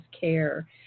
care